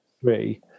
three